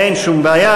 אין שום בעיה.